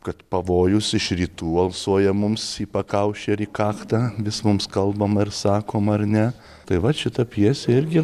kad pavojus iš rytų alsuoja mums į pakaušį ar į kaktą vis mums kalbama ir sakoma ar ne tai vat šita pjesė irgi